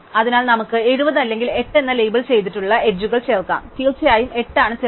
അതിനാൽ നമുക്ക് 70 അല്ലെങ്കിൽ 8 എന്ന് ലേബൽ ചെയ്തിട്ടുള്ള അരികുകൾ ചേർക്കാം തീർച്ചയായും 8 ആണ് ചെറുത്